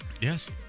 Yes